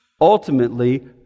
Ultimately